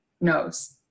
knows